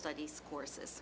studies courses